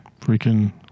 Freaking